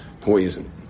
poison